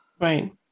Right